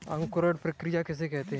अंकुरण क्रिया किसे कहते हैं?